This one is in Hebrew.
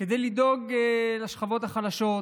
כדי לדאוג לשכבות החלשות,